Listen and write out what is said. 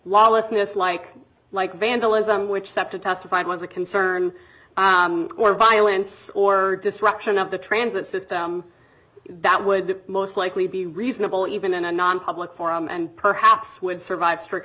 lawlessness like like vandalism which septa testified was a concern for violence or disruption of the transit system that would most likely be reasonable even in a nonpublic forum and perhaps would survive strict